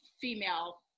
female